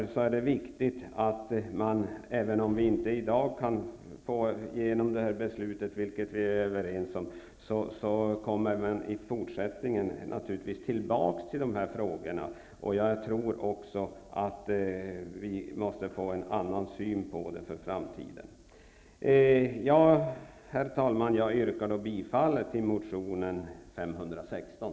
Även om vi i dag inte kan få igenom beslutet, vilket vi är överens om, kommer vi i fortsättningen naturligtvis tillbaka till dessa frågor. Jag tror också att vi behöver en annan syn på dem i framtiden. Herr talman! Jag yrkar bifall till motion Bo516.